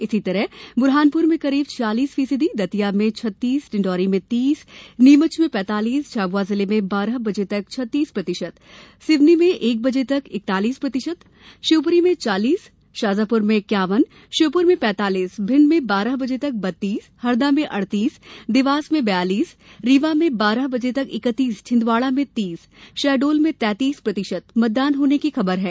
इसी तरह बुरहानपुर में करीब छियालीस फीसदी दतिया में छत्तीस डिण्डौरी में तीस नीमच में पैतालीस झाबुआ जिले में बारह बजे तक छत्तीस प्रतिशत सिवनी में एक बजे तक इकतालीस प्रतिशत शिवपुरी में चालीस शाजापुर में इक्यावन श्योपुर में पैतालीस भिण्ड में बारह बजे तक बत्तीस हरदा में अड़तीस देवास में बयालीस रीवा में बारह बजे तक इकत्तीस छिन्दवाड़ा में तीस शहडोल में तैंतीस प्रतिशत मतदान होने की खबर है